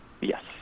Yes